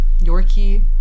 Yorkie